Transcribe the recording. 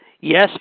Yes